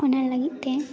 ᱚᱱᱟ ᱞᱟᱹᱜᱤᱫ ᱛᱮ